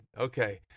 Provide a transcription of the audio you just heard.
Okay